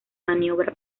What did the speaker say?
maniobra